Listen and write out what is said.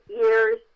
years